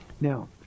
Now